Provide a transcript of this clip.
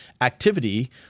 activity